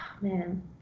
man